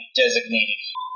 designated